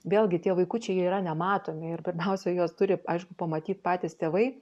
vėlgi tie vaikučiai jie yra nematomi ir pirmiausia juos turi aišku pamatyt patys tėvai